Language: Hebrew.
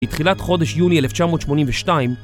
בתחילת חודש יוני 1982